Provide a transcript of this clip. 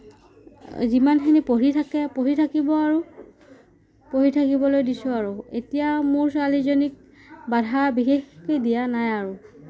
যিমানখিনি পঢ়ি থাকে পঢ়ি থাকিব আৰু পঢ়ি থাকিবলৈ দিছোঁ আৰু এতিয়া মোৰ ছোৱালীজনীক বাধা বিশেষকে দিয়া নাই আৰু